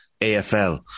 AFL